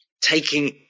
taking